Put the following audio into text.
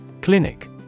Clinic